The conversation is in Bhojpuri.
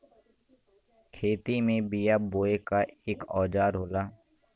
खेती में बिया बोये के एक औजार होला